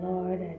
Lord